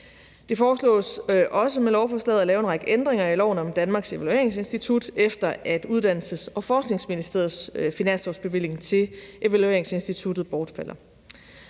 Det foreslås også med lovforslaget at lave en række ændringer af loven om Danmarks Evalueringsinstitut, efter at Uddannelses- og Forskningsministeriets finanslovsbevilling til evalueringsinstituttet bortfalder.